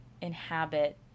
inhabit